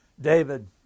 David